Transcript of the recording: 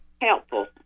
helpful